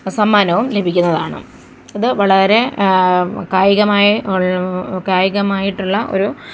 സമ്മാനവും ലഭിക്കുന്നതാണ് ഇത് വളരെ കായികമായി ഉള്ള കായികമായിട്ടുള്ള ഒരു